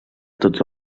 tots